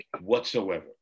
whatsoever